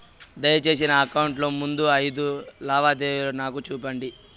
దయసేసి నా అకౌంట్ లో ముందు అయిదు లావాదేవీలు నాకు చూపండి